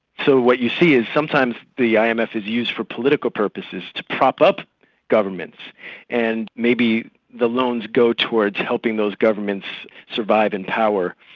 so what you see is sometimes the um imf is used for political purposes to prop up governments and maybe the loans go towards helping those governments survive in power,